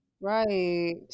Right